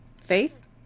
Faith